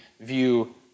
view